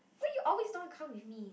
why you always don't want come with me